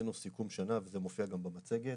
שעשינו סיכום שנה, וזה מופיע גם במצגת.